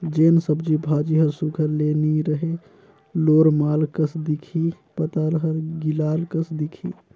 जेन सब्जी भाजी हर सुग्घर ले नी रही लोरमाल कस दिखही पताल हर गिलाल कस दिखही